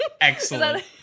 Excellent